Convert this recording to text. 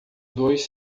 dois